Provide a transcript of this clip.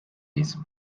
ließ